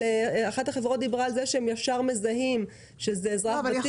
אחת החברות דיברה על כך שהם מיד מזהים שזה אזרח ותיק.